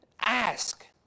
ask